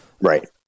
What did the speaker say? right